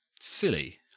silly